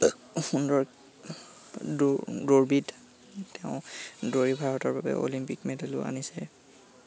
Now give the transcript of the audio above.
সুন্দৰ দৌৰ দৌৰবিদ তেওঁ দৌৰি ভাৰতৰ বাবে অলিম্পিক মেডেলো আনিছে